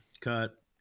cut